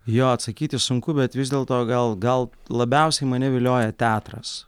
jo atsakyti sunku bet vis dėlto gal gal labiausiai mane vilioja teatras